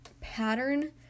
pattern